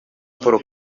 paul